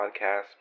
podcast